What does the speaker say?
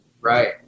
Right